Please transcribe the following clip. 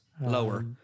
lower